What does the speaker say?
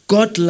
God